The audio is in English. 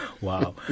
wow